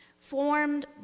formed